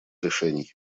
решений